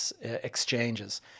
exchanges